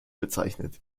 bezeichnet